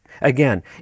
Again